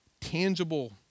tangible